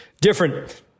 different